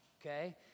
okay